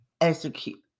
execute